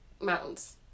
Mountains